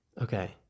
Okay